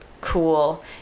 cool